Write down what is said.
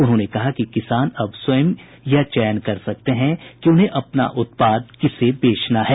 उन्होंने कहा कि किसान अब स्वयं यह चयन कर सकते हैं कि उन्हें अपना उत्पाद किसे बेचना है